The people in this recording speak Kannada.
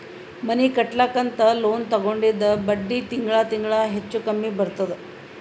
ಮನಿ ಕಟ್ಲಕ್ ಅಂತ್ ಲೋನ್ ತಗೊಂಡಿದ್ದ ಬಡ್ಡಿ ತಿಂಗಳಾ ತಿಂಗಳಾ ಹೆಚ್ಚು ಕಮ್ಮಿ ಬರ್ತುದ್